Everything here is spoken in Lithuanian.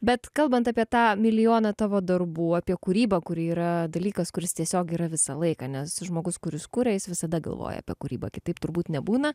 bet kalbant apie tą milijoną tavo darbų apie kūrybą kuri yra dalykas kuris tiesiog yra visą laiką nes žmogus kuris kuria jis visada galvoja apie kūrybą kitaip turbūt nebūna